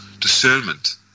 Discernment